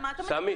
על מה אתה מדבר?